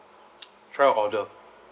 try ordered